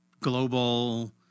global